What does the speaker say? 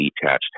detached